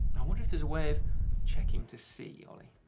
i wonder if there's a way of checking to see, ollie.